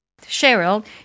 Cheryl